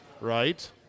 right